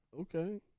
Okay